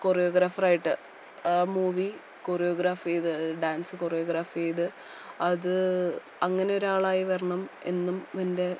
കൊറിയോഗ്രാഫറായിട്ട് movie choreograph ചെയ്ത് dance choreograph ചെയ്ത് അത് അങ്ങനെ ഒരാളായി വരണം എന്നും എൻ്റെ